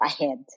ahead